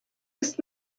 ist